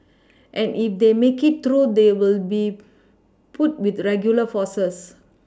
and if they make it through they will be put with regular forces